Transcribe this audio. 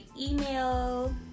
email